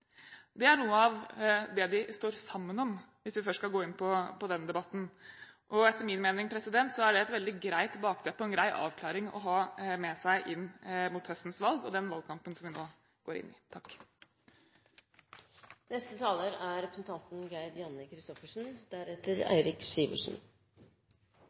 Det er noe av det de står sammen om – hvis vi først skal gå inn på den debatten. Etter min mening er det et veldig greit bakteppe og en grei avklaring å ha med seg inn mot høstens valg og den valgkampen som vi nå går inn i. Norge er